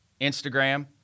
Instagram